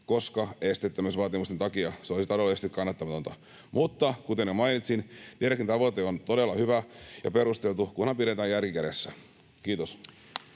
koska esteettömyysvaatimusten takia se olisi taloudellisesti kannattamatonta. Mutta kuten jo mainitsin, direktiivin tavoite on todella hyvä ja perusteltu, kunhan pidetään järki kädessä. — Kiitos.